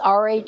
RH